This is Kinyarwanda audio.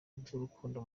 bw’urukundo